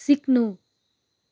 सिक्नु